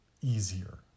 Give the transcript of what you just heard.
easier